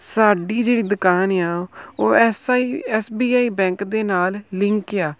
ਸਾਡੀ ਜਿਹੜੀ ਦੁਕਾਨ ਆ ਉਹ S I S B I bank ਦੇ ਨਾਲ ਲਿੰਕ ਆ